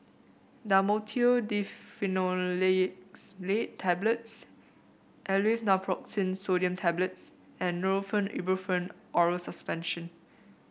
Dhamotil Diphenoxylate Tablets Aleve Naproxen Sodium Tablets and Nurofen Ibuprofen Oral Suspension